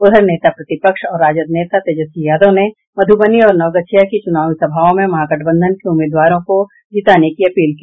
उधर नेता प्रतिपक्ष और राजद नेता तेजस्वी यादव ने मधुबनी और नौवगछिया की चुनावी सभाओं में महागठबंधन के उम्मीदवारों को जीताने की अपील की